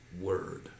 word